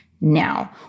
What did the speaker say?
now